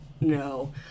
no